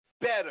better